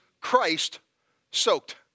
Christ-soaked